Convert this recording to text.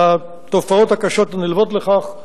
והתופעות הקשות הנלוות לכך,